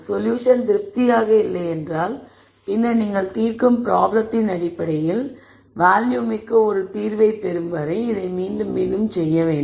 solution திருப்தியாக இல்லை என்றால் பின்னர் நீங்கள் தீர்க்கும் ப்ராப்ளத்தின் அடிப்படையில் வேல்யூமிக்க ஒரு தீர்வைப் பெறும் வரை இதை மீண்டும் செய்ய வேண்டும்